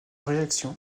réaction